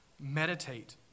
meditate